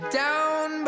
down